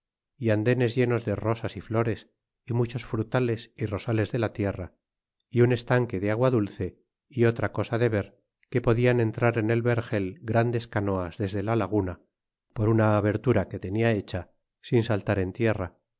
y andenes llenos de rosas y flores y muchos frutales y rosales de la tierra y un estanque de agua dulce y otra cosa de ver que podrian entrar en el vergel grandes canoas desde la laguna por una abertura que tenia hecha sin saltar en tierra